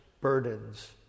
burdens